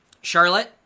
Charlotte